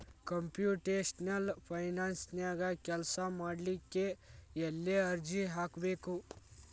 Computational ಫೈನಾನ್ಸನ್ಯಾಗ ಕೆಲ್ಸಾಮಾಡ್ಲಿಕ್ಕೆ ಎಲ್ಲೆ ಅರ್ಜಿ ಹಾಕ್ಬೇಕು?